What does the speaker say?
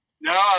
No